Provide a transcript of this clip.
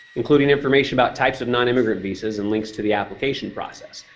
including information about types of non-immigrant visas and links to the application process.